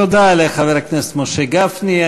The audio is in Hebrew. תודה לחבר הכנסת משה גפני.